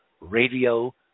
Radio